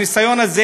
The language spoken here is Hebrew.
הניסיון הזה,